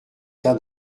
plein